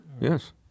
Yes